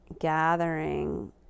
gathering